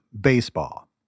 baseball